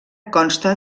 consta